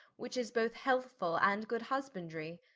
which is both healthfull, and good husbandry.